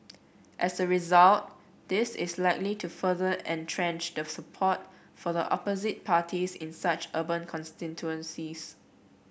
as a result this is likely to further entrench the support for the opposite parties in such urban constituencies